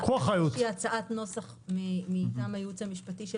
איזושהי הצעת נוסח מטעם הייעוץ המשפטי של